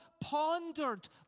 pondered